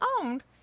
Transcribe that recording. owned